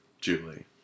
Julie